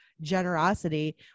generosity